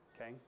Okay